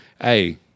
hey